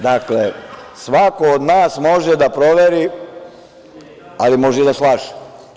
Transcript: Dakle, svako od nas može da proveri, ali može i da slaže.